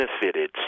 benefited